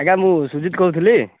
ଆଜ୍ଞା ମୁଁ ସୁଜିତ୍ କହୁଥିଲି